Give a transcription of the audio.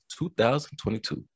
2022